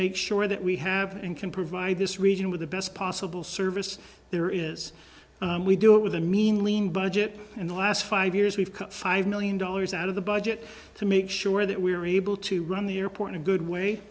make sure that we have and can provide this region with the best possible service there is we do it with a mean lean budget in the last five years we've cut five million dollars out of the budget to make sure that we are able to run the airport a good way